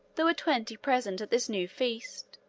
there were twenty present at this new feast.